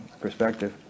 perspective